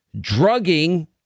drugging